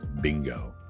bingo